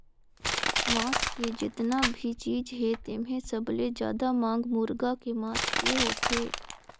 मांस के जेतना भी चीज हे तेम्हे सबले जादा मांग मुरगा के मांस के होथे